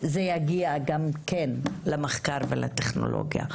זה יגיע גם כן למחקר ולטכנולוגיה.